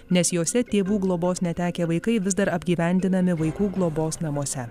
nes jose tėvų globos netekę vaikai vis dar apgyvendinami vaikų globos namuose